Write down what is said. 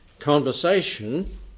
Conversation